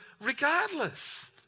regardless